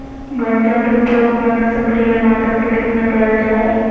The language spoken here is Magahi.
गंजा के उपयोग मनोसक्रिय मादक के रूप में कयल जा हइ